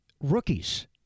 rookies